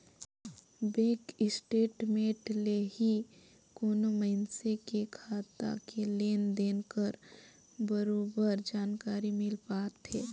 bank statement ले ही कोनो मइनसे के खाता के लेन देन कर बरोबर जानकारी मिल पाथे